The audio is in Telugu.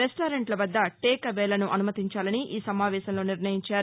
రెస్లారెంట్ల వద్ద టేక్ అవేలను అనుమతించాలని ఈ సమావేశంలో నిర్ణయించారు